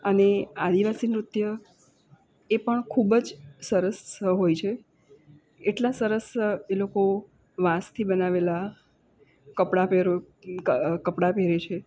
અને આદિવાસી નૃત્ય એ પણ ખૂબ જ સરસ હોય છે એટલા સરસ એ લોકો વાંસથી બનાવેલા કપડાં કપડાં પહેરે છે